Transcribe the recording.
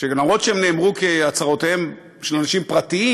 אף שהן נאמרו כהצהרותיהם של אנשים פרטיים,